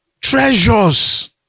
treasures